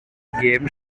game